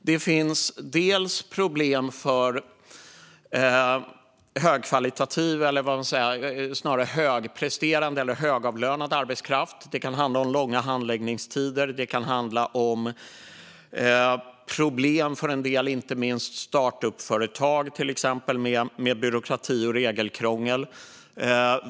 Det finns problem för högkvalitativ eller snarare högpresterande eller högavlönad arbetskraft. Det kan handla om långa handläggningstider. Det kan handla om problem med till exempel byråkrati och regelkrångel för en del, inte minst startup-företag.